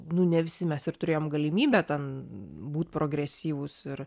nu ne visi mes ir turėjom galimybę ten būt progresyvūs ir